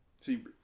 See